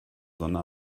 sonne